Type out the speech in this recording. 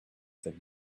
that